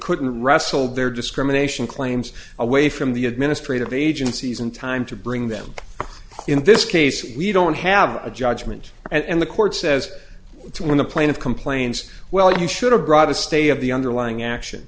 couldn't wrestled their discrimination claims away from the administrative agencies in time to bring them in this case we don't have a judgment and the court says when the plane of complaints well you should have brought a stay of the underlying action